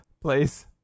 Please